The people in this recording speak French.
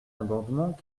amendement